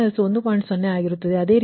0 ಆಗಿರುತ್ತದೆ